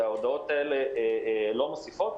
וההודעות האלה לא מוסיפות.